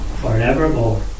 forevermore